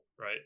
Right